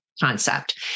concept